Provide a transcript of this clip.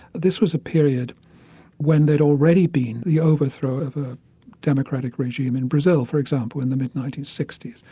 this was a period when there'd already been the overthrow of a democratic regime in brazil, for example in the mid nineteen sixty s,